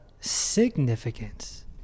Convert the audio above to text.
significance